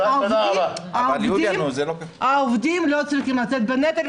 אבל העובדים לא צריכים לשאת בנטל,